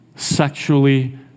Sexually